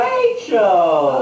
Rachel